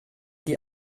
die